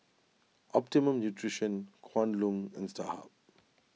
Optimum Nutrition Kwan Loong and Starhub